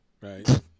right